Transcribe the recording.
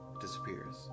disappears